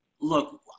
look